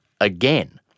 again